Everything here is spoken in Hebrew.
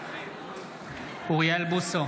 בעד אוריאל בוסו,